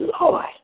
Lord